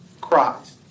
Christ